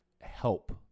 help